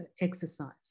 exercise